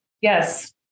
Yes